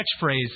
catchphrase